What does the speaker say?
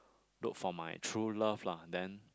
look for my true love lah then